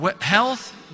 health